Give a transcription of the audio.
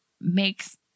makes